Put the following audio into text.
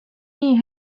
nii